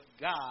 God